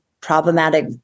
problematic